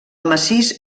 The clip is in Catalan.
massís